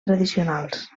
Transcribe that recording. tradicionals